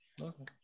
Okay